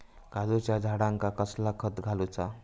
काजूच्या झाडांका कसला खत घालूचा?